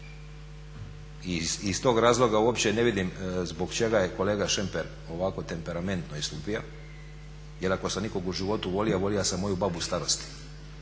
I iz tog razloga uopće ne vidim zbog čega je kolega Šemper ovako temperamentno istupio. Jer ako sam ikog u životu volio volio sam moju babu starosti,